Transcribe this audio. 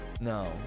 No